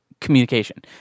communication